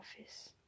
office